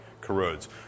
corrodes